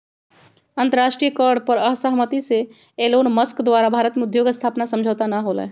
अंतरराष्ट्रीय कर पर असहमति से एलोनमस्क द्वारा भारत में उद्योग स्थापना समझौता न होलय